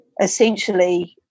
essentially